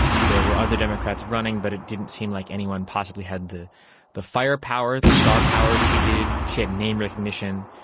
there were other democrats running but it didn't seem like anyone possibly had the the firepower, the star power she did. she had name recognition,